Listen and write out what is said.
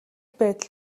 байдал